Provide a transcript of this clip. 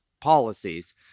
policies